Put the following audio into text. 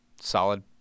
Solid